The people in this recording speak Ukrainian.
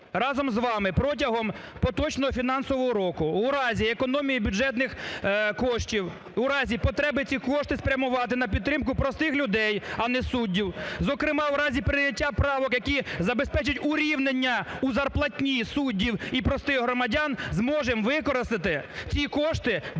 разом з вами протягом поточного фінансового року у разі економії бюджетних коштів, у разі потреби ці кошти спрямувати на підтримку простих людей, а не суддів. Зокрема у разі прийняття правок, які забезпечать урівнення у зарплатні суддів і простих громадян, зможемо використати ті кошти для